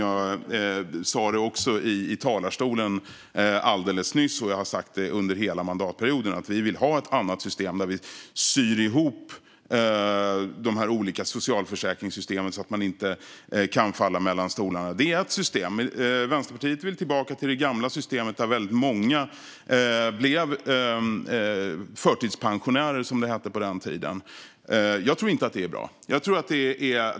Jag sa också i talarstolen alldeles nyss, och har sagt det under hela mandatperioden, att vi vill ha ett annat system där vi syr ihop de olika socialförsäkringssystemen så att man inte kan falla mellan stolarna. Det är ett system. Vänsterpartiet vill tillbaka till det gamla systemet där väldigt många blev förtidspensionärer, som det hette på den tiden. Jag tror inte att det är bra.